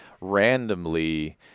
randomly